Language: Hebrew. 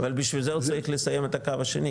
אבל בשביל זה עוד צריך לסיים את הקו השני,